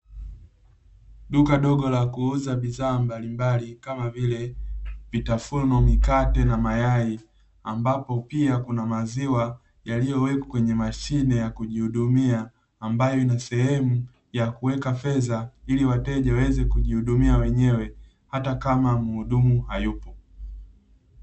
Duka dogo la kuuza bidhaa mbalimbali kama vile vitafuno, mikate na mayai ambapo pia kuna maziwa aliyowekwa kwenye mashine ya kujihudumia, ambayo ina sehemu ya kuweka fedha ili wateja waweze kujihudumia wenyewe, hata kama muhudumu hayupo.